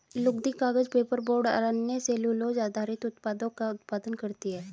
लुगदी, कागज, पेपरबोर्ड और अन्य सेलूलोज़ आधारित उत्पादों का उत्पादन करती हैं